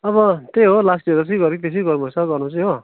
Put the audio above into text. अब त्यही हो लास्ट इयर जसरी गरेको त्यसरी गर्नुपर्छ गर्नु चाहिँ हो